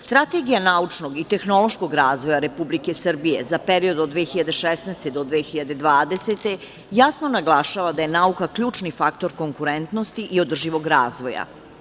Strategija naučnog i tehnološkog razvoja Republike Srbije za period od 2016. do 2020. godine jasno naglašava da je nauka ključni faktor konkurentnosti i održivog razvoja.